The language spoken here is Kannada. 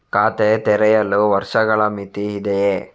ಖಾತೆ ತೆರೆಯಲು ವರ್ಷಗಳ ಮಿತಿ ಇದೆಯೇ?